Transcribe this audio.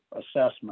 assessment